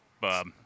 Bob